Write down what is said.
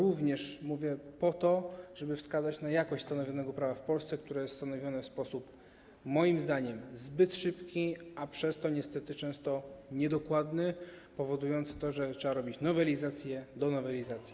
Mówię to również po to, żeby wskazać na jakość stanowionego w Polsce prawa, które jest stanowione w sposób, moim zdaniem, zbyt szybki, a przez to niestety często niedokładny i powodujący to, że trzeba robić nowelizację nowelizacji.